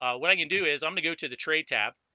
ah what i can do is i'm gonna go to the trade tab